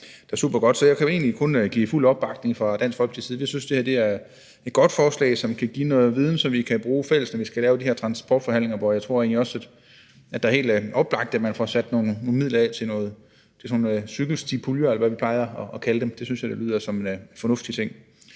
jeg er supergodt. Så jeg kan egentlig kun give fuld opbakning fra Dansk Folkepartis side. Jeg synes, det her er et godt forslag, som kan give noget viden, som vi i fællesskab kan bruge, når vi skal lave de her transportforhandlinger, hvor jeg egentlig også tror det er helt oplagt, at man får sat nogle midler af til det, altså nogle cykelstipuljer, eller hvad vi plejer at kalde dem. Det synes jeg lyder som en fornuftig ting.